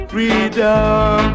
Freedom